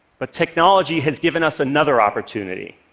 but technology has given us another opportunity.